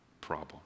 problem